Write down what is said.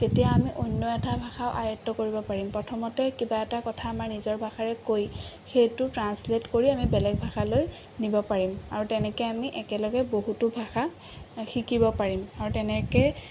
তেতিয়া আমি অন্য এটা ভাষা আয়ত্ব কৰিব পাৰিম প্ৰথমতে কিবা এটা কথা আমাৰ নিজৰ ভাষাৰে কৈ সেইটো ট্ৰাঞ্চলেট কৰি আমি বেলেগ ভাষালৈ নিব পাৰিম আৰু তেনেকৈ আমি একেলগে বহুতো ভাষা শিকিব পাৰিম আৰু তেনেকৈ